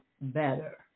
better